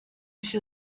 się